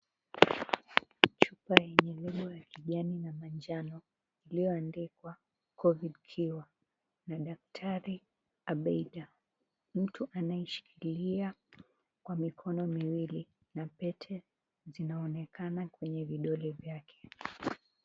Chupa yenye nembo ya kijani na manjano iliyoandikwa Covid Cure na daktari Abdellah. Mtu anayeishikilia kwa mkono miwili na pete zinaonekana kwenye vidole vyake.